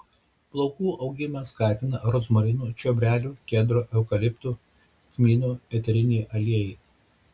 plaukų augimą skatina rozmarinų čiobrelių kedrų eukaliptų kmynų eteriniai aliejai